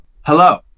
hello